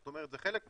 זה חלק מהתהליך.